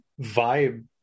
vibe